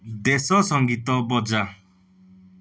ଦେଶ ସଙ୍ଗୀତ ବଜା